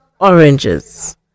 oranges